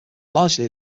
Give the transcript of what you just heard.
largely